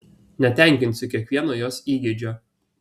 netenkinsiu kiekvieno jos įgeidžio